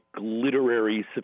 literary